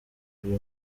uyu